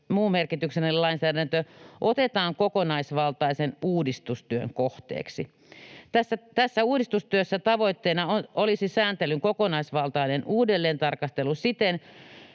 muu merkityksellinen lainsäädäntö otetaan kokonaisvaltaisen uudistustyön kohteeksi. Tässä uudistustyössä tavoitteena olisi sääntelyn kokonaisvaltainen uudelleentarkastelu siten,